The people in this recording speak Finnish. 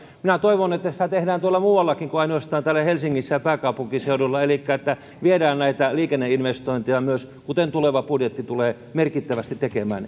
minä toivon että sitä tehdään tuolla muuallakin kuin ainoastaan täällä helsingissä ja pääkaupunkiseudulla elikkä että viedään myös näitä liikenneinvestointeja eteenpäin kuten tuleva budjetti tulee merkittävästi tekemään